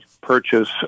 purchase